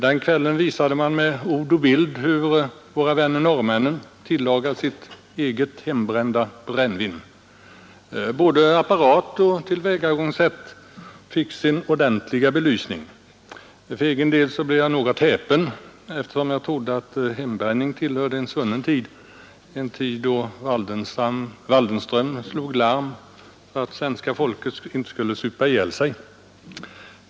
Den kvällen visade man med ord och bild hur våra vänner norrmännen tillagar sitt eget hembrända brännvin. Både apparat och tillvägagångssätt fick sin ordentliga belysning. För egen del blev jag något häpen, eftersom jag trodde att hembränning tillhörde en svunnen tid — den tid då Wieselgren slog larm för att svenska folket inte skulle supa ihjäl sig.